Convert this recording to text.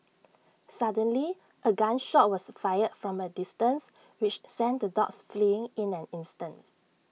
suddenly A gun shot was fired from A distance which sent the dogs fleeing in an instant